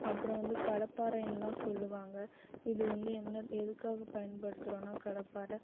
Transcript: அப்புறம் வந்து கடப்பாரைன்னுலாம் சொல்வாங்க இது வந்து என்ன எதுக்காக பயன்படுத்துறோம்னா கடப்பாரை